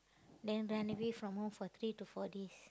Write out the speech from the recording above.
then run away from home for three to four days